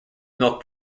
milk